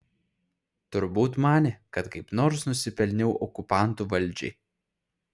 turbūt manė kad kaip nors nusipelniau okupantų valdžiai